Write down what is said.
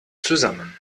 zusammen